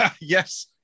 yes